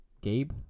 Gabe